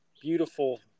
beautiful